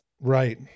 Right